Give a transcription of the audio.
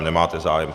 Nemáte zájem.